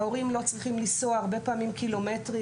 ההורים לא צריכים לנסוע הרבה פעמים קילומטרים,